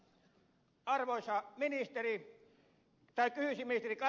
kysyisin ministeri kataiselta